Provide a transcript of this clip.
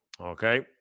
Okay